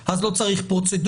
בסדר, אז לא צריך פרוצדורות.